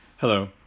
Hello